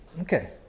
okay